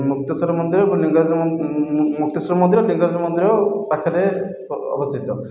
ମୁକ୍ତେଶ୍ଵର ମନ୍ଦିର ଏବଂ ଲିଙ୍ଗରାଜ ମୁକ୍ତେଶ୍ଵର ମନ୍ଦିର ଲିଙ୍ଗରାଜ ମନ୍ଦିର ପାଖରେ ଅବସ୍ତିତ